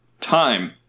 Time